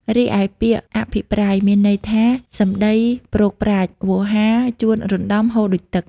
រីឯពាក្យ អភិប្រាយមានន័យថា សំដីព្រោកប្រាជ្ញ វោហារ ជួនរណ្ដំ ហូរដូចទឹក។